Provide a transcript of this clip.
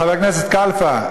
חבר הכנסת כלפה,